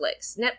Netflix